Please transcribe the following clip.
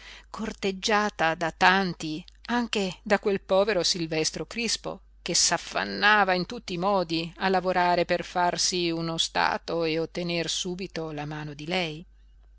corteggiata da tanti anche da quel povero silvestro crispo che s'affannava in tutti i modi a lavorare per farsi uno stato e ottener subito la mano di lei